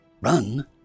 Run